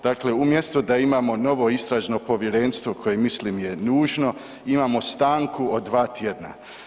Dakle, umjesto da imamo novo istražno povjerenstvo koje mislim je nužno imamo stanku od 2 tjedna.